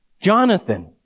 Jonathan